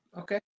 Okay